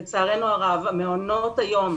לצערנו הרב המעונות היום,